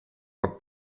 were